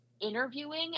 interviewing